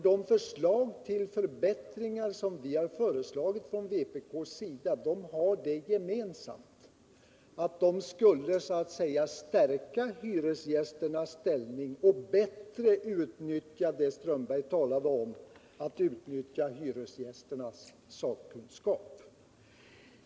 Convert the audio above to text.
De förslag till förbättringar som vi lägger fram från vpk:s sida har det gemensamt att de skulle stärka hyresgästernas ställning och bättre utnyttja det herr Strömberg talade om — hyresgästernas sakkunskap.